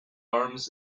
arms